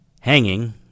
Hanging